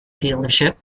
dealership